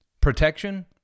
Protection